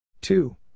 Two